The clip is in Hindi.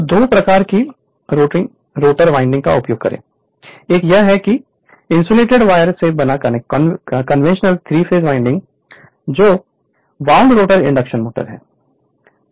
Refer Slide Time 2110 तो 2 प्रकार की रोटर वाइंडिंग का उपयोग करें एक यह है कि इंसुलेटेड वायर से बना कन्वेंशनल 3 फेस वाइंडिंग है जो बुंड रोटर इंडक्शन मोटर है